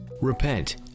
repent